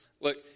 look